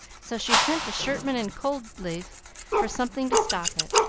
so she sent to shirtman and codleff for something to stop it.